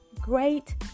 great